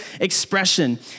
expression